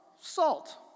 salt